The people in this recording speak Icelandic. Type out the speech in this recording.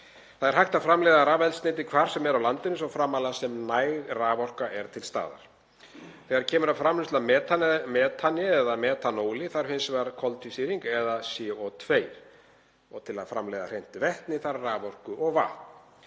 Það er hægt að framleiða rafeldsneyti hvar sem er á landinu svo framarlega sem næg raforka sé til staðar. Þegar kemur að framleiðslu á metani eða metanóli þarf hins vegar koltvísýring eða CO2 og til að framleiða hreint vetni þarf raforku og vatn.